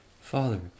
Father